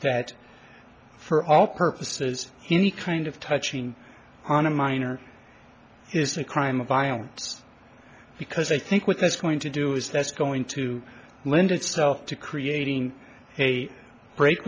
that for all purposes any kind of touching on a minor is a crime of violence because i think what that's going to do is that's going to lend itself to creating a break